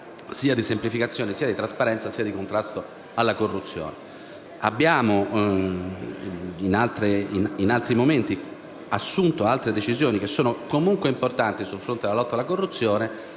sia di semplificazione che di trasparenza e di contrasto alla corruzione. In altri momenti abbiamo assunto altre decisioni che sono comunque importanti sul fronte della lotta alla corruzione,